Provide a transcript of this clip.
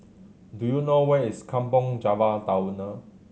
do you know where is Kampong Java Tunnel